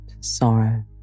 sorrow